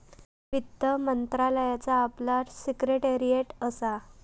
वित्त मंत्रालयाचा आपला सिक्रेटेरीयेट असा